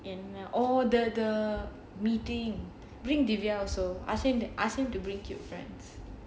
in all the the meeting bring deveon also ask him to ask him to bring cute friends